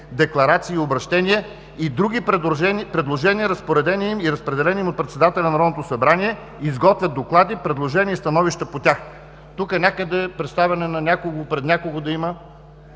декларации и обръщения и други предложения, разпределени им от председателя на Народното събрание, изготвят доклади, предложения и становища по тях.“ Тук някъде представяне на някого пред някого да има?